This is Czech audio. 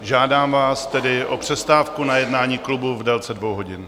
Žádám vás tedy o přestávku na jednání klubu v délce dvou hodin.